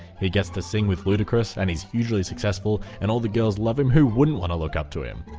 he gets to sing with ludacris and he's hugely successful and all the girls love him, who wouldn't want to look up to him?